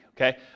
Okay